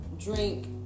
drink